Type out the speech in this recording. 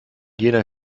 jener